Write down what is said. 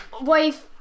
wife